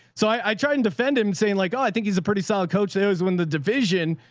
so i try and defend him saying like, oh, i think he's a pretty solid coach. that was when the division.